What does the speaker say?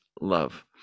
love